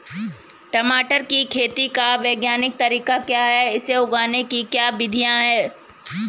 टमाटर की खेती का वैज्ञानिक तरीका क्या है इसे उगाने की क्या विधियाँ हैं?